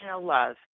love